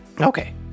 Okay